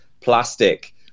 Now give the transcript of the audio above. plastic